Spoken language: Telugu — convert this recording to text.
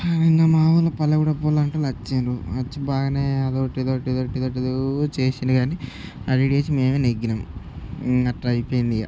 నిన్న మా ఊర్లో పల్లె కూడా పొలానికి వచ్చారు వచ్చి బాగానే అదోకటి ఇదోకటి ఇదోకటి ఇదోకటి ఏదో చేశారు కానీ అడీడేసి మేమే నెగ్గాము అట్లా అయిపొయింది ఇక